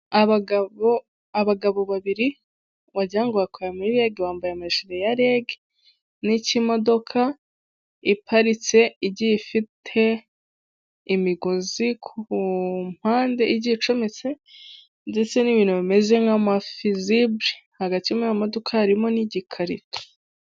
Abagabo, abagabo babiri wajyanwe bakuwe muri rege bambaye amajire ya rega nicy'imodoka iparitse igiye ifite imigozi ku mpande igiye icometse ndetse n'ibintu bimeze nk'amafizibule hagati mjriyo modoka harimo n'igikarito.